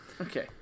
Okay